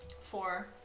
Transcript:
four